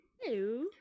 Hello